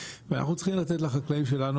ואנחנו צריכים לתת לחקלאים שלנו,